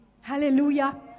Hallelujah